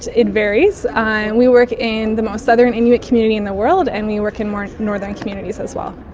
it varies. and we work in the most southern inuit community in the world and we work in more northern communities as well.